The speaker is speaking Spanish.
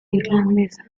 irlandesa